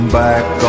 back